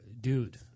dude